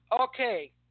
Okay